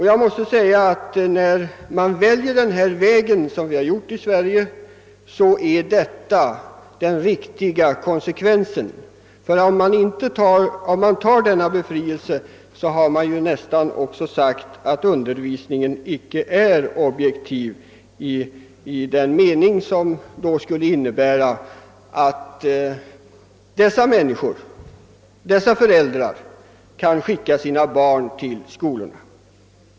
Jag måste säga att när man väljer den väg som vi har valt i Sverige är detta den riktiga konsekvensen. Om man medger befrielse har man ju därmed nästan också sagt att undervisningen icke är objektiv på ett sätt som skulle innebära, att dessa föräldrar kan skicka sina barn till denna undervisning i skolorna.